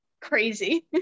crazy